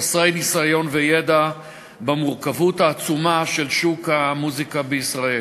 חסרי ניסיון וידע במורכבות העצומה של שוק המוזיקה בישראל.